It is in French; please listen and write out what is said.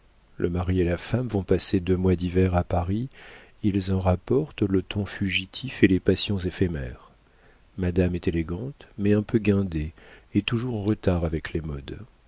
le mari et la femme vont passer deux mois d'hiver à paris ils en rapportent le ton fugitif et les passions éphémères madame est élégante mais un peu guindée et toujours en retard avec les modes